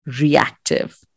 reactive